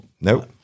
Nope